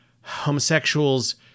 homosexuals